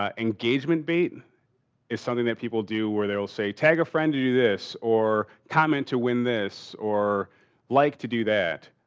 um engagement bate is something that people do where they'll say tag a friend to do this or comment to win this, or like to do that.